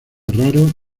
raro